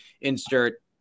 insert